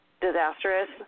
disastrous